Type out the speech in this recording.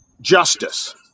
justice